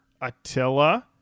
Attila